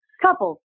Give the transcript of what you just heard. couples